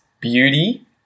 beauty